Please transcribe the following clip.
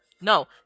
No